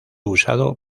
usado